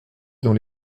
dans